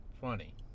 funny